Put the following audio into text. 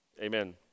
amen